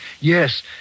Yes